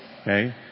Okay